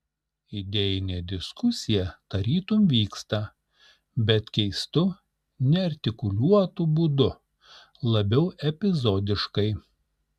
idėjinė diskusija tarytum vyksta bet keistu neartikuliuotu būdu labiau epizodiškai